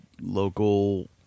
local